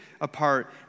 apart